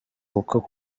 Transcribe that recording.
kuko